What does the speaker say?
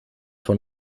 von